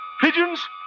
Pigeons